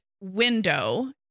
window